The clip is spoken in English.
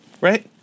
Right